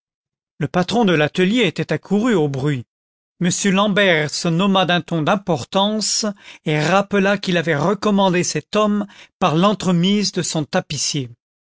le patron de l'atelier était accouru au bruit m l'ambert se nomma d'un ton d'importance et rappela qu'il avait recommandé cet homme par l'entremise de son tapissier